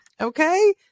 okay